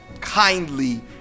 kindly